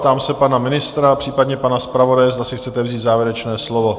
A ptám se pana ministra, případně pana zpravodaje, zda si chcete vzít závěrečné slovo?